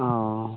ᱚᱻ